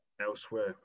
elsewhere